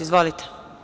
Izvolite.